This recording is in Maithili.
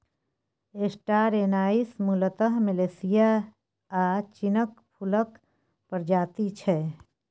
स्टार एनाइस मुलतः मलेशिया आ चीनक फुलक प्रजाति छै